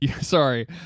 sorry